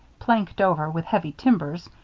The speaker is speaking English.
planked over with heavy timbers,